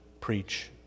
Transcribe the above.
preach